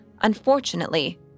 Unfortunately